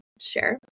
share